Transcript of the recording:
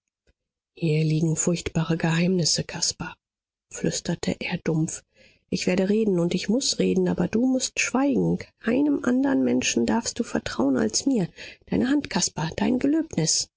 hier liegen furchtbare geheimnisse caspar flüsterte er dumpf ich werde reden und ich muß reden aber du mußt schweigen keinem andern menschen darfst du vertrauen als mir deine hand caspar dein gelöbnis